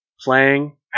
playing